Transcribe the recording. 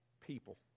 people